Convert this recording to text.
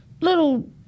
little